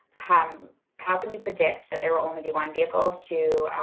how how can you predict that there will only be one vehicle to